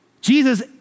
Jesus